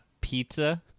pizza